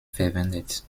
verwendet